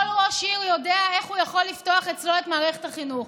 כל ראש עיר יודע איך הוא יכול לפתוח אצלו את מערכת החינוך.